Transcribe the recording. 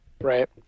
Right